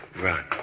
Run